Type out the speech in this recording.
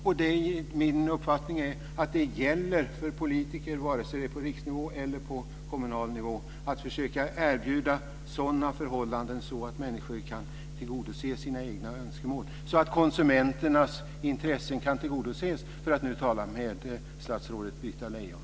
Det är min uppfattning att det gäller för politiker, vare sig det är på riksnivå eller på kommunal nivå, att försöka erbjuda sådana förhållanden att människor kan tillgodose sina egna önskemål och så att konsumenternas intressen kan tillgodoses, för att tala med statsrådet Britta Lejon.